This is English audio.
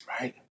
right